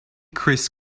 chris